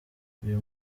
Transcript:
uyu